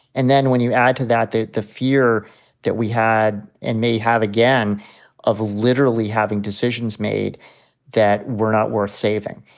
and then when you add to that the the fear that we had and may have again of literally having decisions made that we're not worth saving.